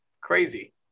Crazy